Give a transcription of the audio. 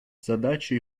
задача